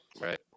right